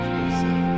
Jesus